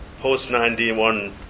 post-91